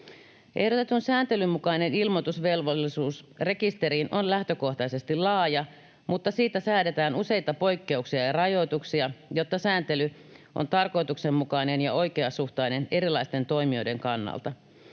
Ehdotetun sääntelyn mukainen ilmoitusvelvollisuus rekisteriin on lähtökohtaisesti laaja, mutta siitä säädetään useita poikkeuksia ja rajoituksia, jotta sääntely on tarkoituksenmukainen ja oikeasuhtainen erilaisten toimijoiden kannalta.